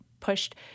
pushed